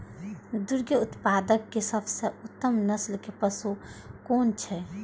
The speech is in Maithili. दुग्ध उत्पादक सबसे उत्तम नस्ल के पशु कुन छै?